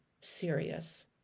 serious